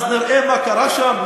אז נראה מה קרה שם,